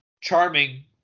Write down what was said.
charming